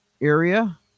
area